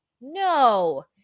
no